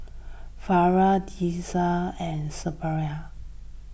Farah Deris and Suraya